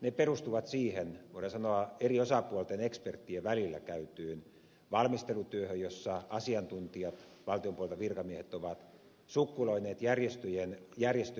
ne perustuvat siihen voidaan sanoa eri osapuolten eksperttien välillä käytyyn valmistelutyöhön jossa asiantuntijat valtion puolelta virkamiehet ovat sukkuloineet järjestöjen kanssa